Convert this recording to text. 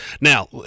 now